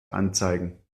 anzeigen